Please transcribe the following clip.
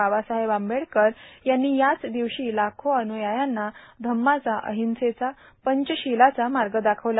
बाबासाहेब आंबेडकर यांनी याच र्दादवशी लाखो अन्यायांना धम्माचा र्आहंसेचा पंचशीलाचा माग दार्खावला